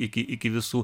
iki iki visų